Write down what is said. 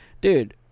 Dude